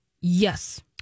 Yes